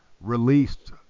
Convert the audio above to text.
released